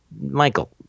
Michael